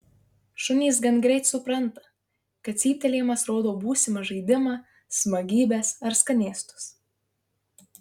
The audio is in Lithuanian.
šunys gan greit supranta kad cyptelėjimas rodo būsimą žaidimą smagybes ar skanėstus